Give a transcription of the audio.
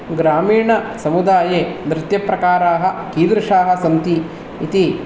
ग्रामीणसमुदाये नृत्यप्रकाराः कीदृशाः सन्ति इति